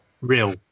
Real